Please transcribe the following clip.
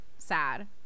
Sad